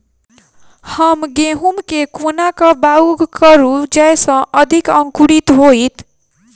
हम गहूम केँ कोना कऽ बाउग करू जयस अधिक अंकुरित होइ?